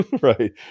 right